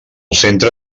centre